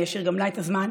אני אשאיר גם לה את הזמן.